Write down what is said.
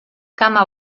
cama